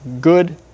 Good